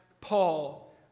Paul